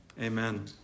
Amen